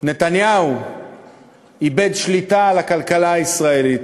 נתניהו איבד שליטה, על הכלכלה הישראלית.